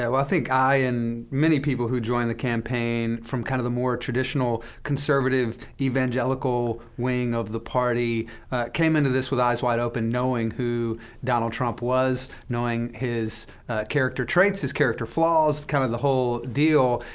i think i and many people who joined the campaign from kind of the more traditional, conservative, evangelical wing of the party came into this with eyes wide open, knowing who donald trump was, knowing his character traits, his character flaws, kind of the whole deal.